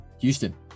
Houston